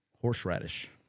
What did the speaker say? Horseradish